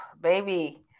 baby